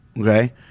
okay